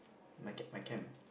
my my camp